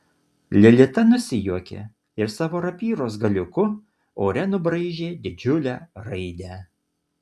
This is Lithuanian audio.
lilita nusijuokė ir savo rapyros galiuku ore nubraižė didžiulę raidę